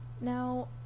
Now